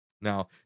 Now